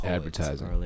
Advertising